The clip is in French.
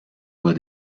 voix